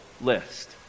list